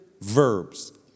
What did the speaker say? verbs